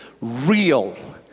real